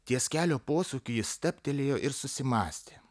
ties kelio posūkiu ji stabtelėjo ir susimąstė